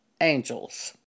angels